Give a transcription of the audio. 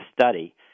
study